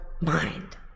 mind